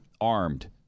armed